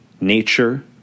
nature